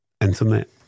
internet